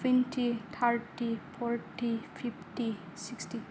twenty thirty forty fifty sixty